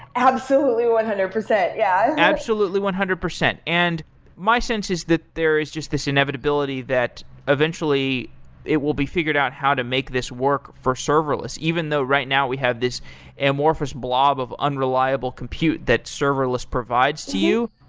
absolutely one hundred percent. yeah. absolutely one hundred percent. and my sense is that there is just this inevitability that eventually it will be figured out how to make this work for serverless, even though right now we have this amorphous blob of unreliable compute that serverless provides to you.